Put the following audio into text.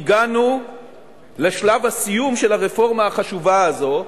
הגענו לשלב הסיום של הרפורמה החשובה הזו.